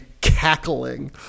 cackling